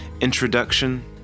Introduction